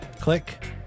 Click